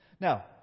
Now